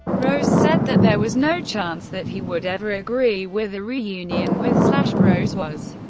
rose said that there was no chance that he would ever agree with a reunion with slash rose was,